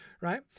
right